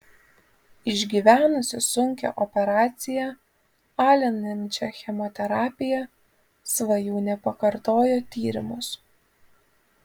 išgyvenusi sunkią operaciją alinančią chemoterapiją svajūnė pakartojo tyrimus